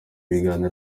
biganiro